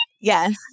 Yes